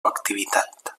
activitat